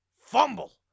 fumble